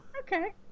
okay